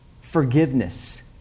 forgiveness